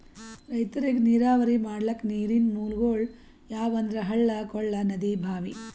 ರೈತರಿಗ್ ನೀರಾವರಿ ಮಾಡ್ಲಕ್ಕ ನೀರಿನ್ ಮೂಲಗೊಳ್ ಯಾವಂದ್ರ ಹಳ್ಳ ಕೊಳ್ಳ ನದಿ ಭಾಂವಿ